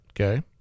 Okay